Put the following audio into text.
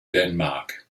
denmark